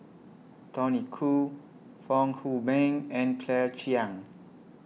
Tony Khoo Fong Hoe Beng and Claire Chiang